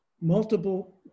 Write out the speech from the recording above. multiple